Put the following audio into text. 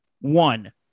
One